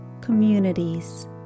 communities